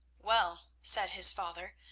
well, said his father,